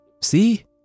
See